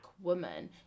woman